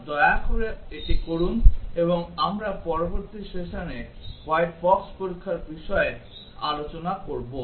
Glossary English Word Word Meaning Pair wise Testing pair wise testing জোড়া ভিত্তিক পরীক্ষা Combinatorial combinatorial সম্মিলিত Portrait portrait প্রতিকৃতি Row রো সারি